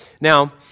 Now